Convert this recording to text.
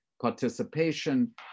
participation